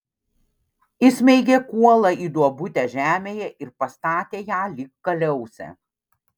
įsmeigė kuolą į duobutę žemėje ir pastatė ją lyg kaliausę